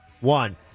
One